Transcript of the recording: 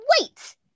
wait